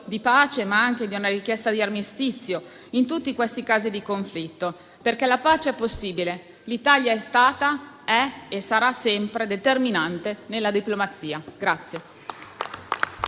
di pace, ma anche di una richiesta di armistizio in tutti i casi di conflitto, perché la pace è possibile, ricordando che l'Italia è stata, è e sarà sempre determinante nella diplomazia.